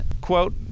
quote